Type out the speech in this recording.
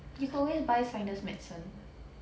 you can always buy sinus medicine